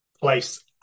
place